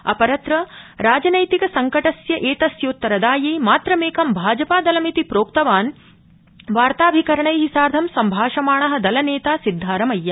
अपरत्र राजनैतिक संकट स्थैतस्योत्तदायी मात्रमेकं भाजपादलमिति प्रोक्तवान् वार्ताभिकरणै सार्ध सम्भाषमाण दलनेता सिद्धारमैया